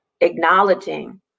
acknowledging